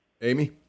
Amy